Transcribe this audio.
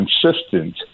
consistent